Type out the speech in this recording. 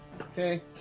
Okay